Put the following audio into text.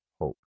hope